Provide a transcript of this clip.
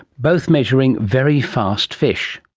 both measuring very fast fish.